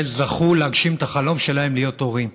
זכו להגשים את החלום שלהם להיות הורים.